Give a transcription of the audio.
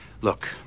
Look